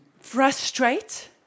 frustrate